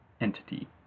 entity